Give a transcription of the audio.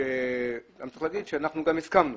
אני צריך להגיד שאנחנו גם הסכמנו,